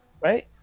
right